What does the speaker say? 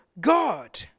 God